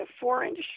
four-inch